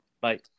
bye